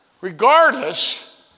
regardless